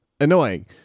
Annoying